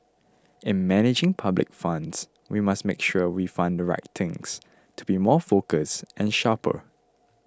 in managing public funds we must make sure we fund the right things to be more focused and sharper